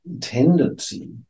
tendency